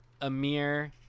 Amir